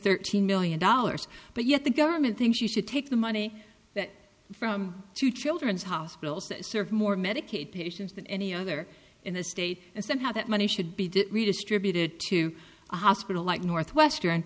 thirteen million dollars but yet the government thinks you should take the money that from two children's hospitals that serve more medicaid patients than any other in the state and somehow that money should be did redistributed to a hospital like northwestern